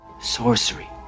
Sorcery